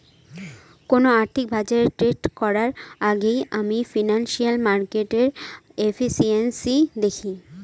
কোন আর্থিক বাজারে ট্রেড করার আগেই আমি ফিনান্সিয়াল মার্কেটের এফিসিয়েন্সি দেখি